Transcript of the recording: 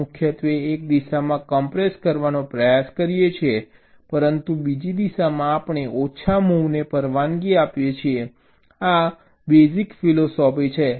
આપણે મુખ્યત્વે એક દિશામાં કમ્પ્રેસ કરવાનો પ્રયાસ કરીએ છીએ પરંતુ બીજી દિશામાં આપણે ફક્ત ઓછા મૂવને પરવાનગી આપીએ છીએ આ બેસિક ફિલોસોફી છે